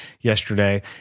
yesterday